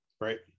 right